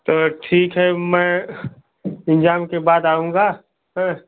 तो ठीक है मैं इंजाम के बाद आऊँगा हाँ